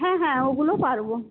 হ্যাঁ হ্যাঁ ওগুলো পারব